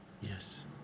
Yes